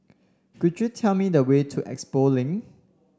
could you tell me the way to Expo Link